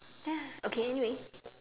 ya okay anyway